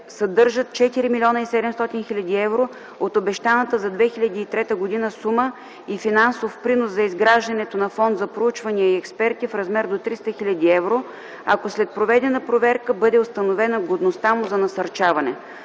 съдържат 4 млн. 700 хил. евро от обещаната за 2003 г. сума и финансов принос за изграждането на Фонд за проучвания и експерти в размер до 300 хил. евро, ако след проведена проверка бъде установена годността му за насърчаване.